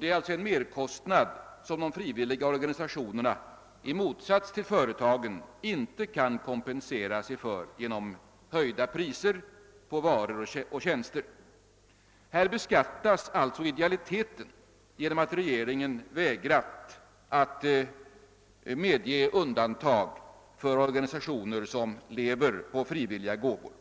Det är en merkostnad som de frivilliga organisationerna i motsats till företagen inte kan kompensera sig för genom höjda priser för varor och tjänster. Här beskattas alltså idealiteten genom att regeringen vägrat att medge undantag för organisationer som lever på frivilliga gåvor.